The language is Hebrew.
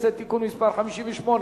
חתימה אלקטרונית (תיקון מס' 2 והוראת שעה),